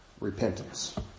Repentance